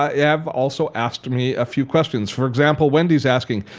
ah have also asked me a few questions. for example, wendy is asking,